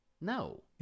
No